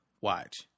Watch